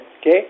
okay